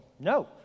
no